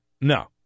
No